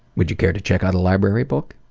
would you care to check out a library book?